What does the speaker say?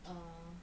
err